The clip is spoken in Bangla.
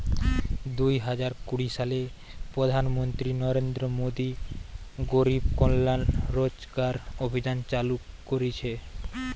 দুই হাজার কুড়ি সালে প্রধান মন্ত্রী নরেন্দ্র মোদী গরিব কল্যাণ রোজগার অভিযান চালু করিছে